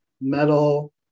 metal